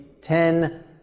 ten